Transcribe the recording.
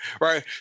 right